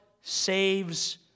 saves